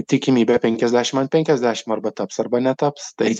tikimybė penkiasdešim ant penkiasdešim arba taps arba netaps tai